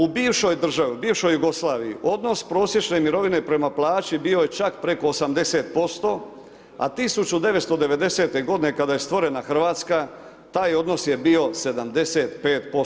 U bivšoj državi, u bivšoj Jugoslaviji odnos prosječne mirovine prema plaći bio je čak preko 80%, a 1990. godine kada je stvorena Hrvatska, taj odnos je bio 75%